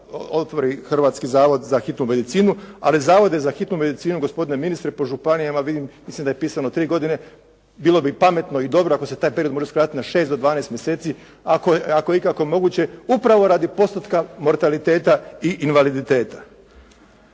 otvori Hrvatski zavod za hitnu medicinu ali zavode za hitnu medicinu gospodine ministre po županijama vidim, mislim da je pisano 3 godine, bilo bi pametno i dobro ako se taj period može skratiti na 6 do 12 mjeseci ako je ikako moguće upravo radi postotka mortaliteta i invaliditeta.